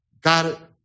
God